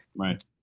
Right